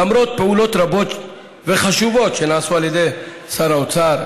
למרות פעולות רבות וחשובות שנעשו על ידי שר האוצר,